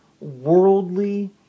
worldly